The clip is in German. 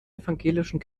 evangelischen